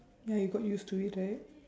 ya you got used to it right